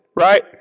right